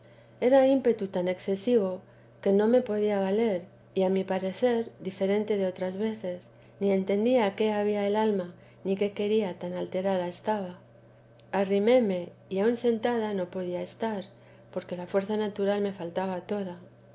era ímpetu tan excesivo que no me podía valer y a mi parecer diferente de otras veces ni entendía qué había el alma ni qué quería que tan alterada estaba arrímeme que aun sentada no podía estar porque la fuerza natural me faltaba toda